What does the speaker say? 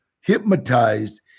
hypnotized